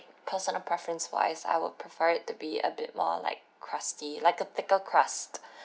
personal preference wise I would prefer it to be a bit more like crusty like a thicker crust